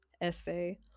essay